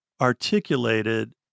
articulated